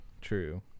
true